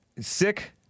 Sick